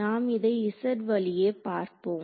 நாம் இதை z வழியே பார்ப்போம்